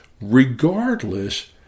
Regardless